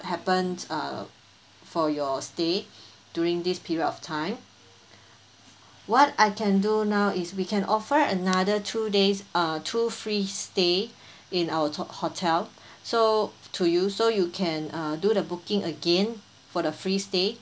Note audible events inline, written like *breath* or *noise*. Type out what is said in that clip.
happened err for your stay *breath* during this period of time what I can do now is we can offer another two days err two free stay *breath* in our top hotel so to you so you can uh do the booking again for the free stay